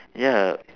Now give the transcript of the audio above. ya